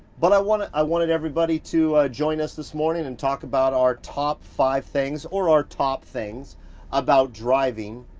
but i wanted i wanted everybody to join us this morning and talk about our top five things, or our top things about driving